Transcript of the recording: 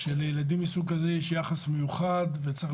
שלילדים מסוג כזה יש יחס מיוחד וצריך